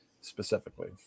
specifically